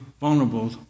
vulnerable